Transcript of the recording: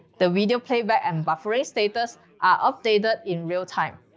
the video playback and buffering status updated in real time.